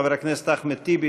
חבר הכנסת אחמד טיבי,